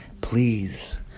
Please